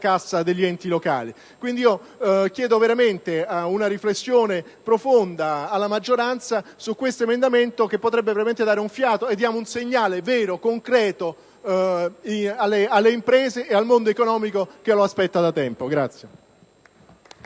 cassa degli enti locali. Quindi, chiedo una riflessione profonda alla maggioranza su questo emendamento che potrebbe veramente dare un segnale vero e concreto alle imprese e al mondo economico, che lo aspetta da tempo.